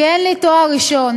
כי אין לי תואר ראשון.